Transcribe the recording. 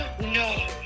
No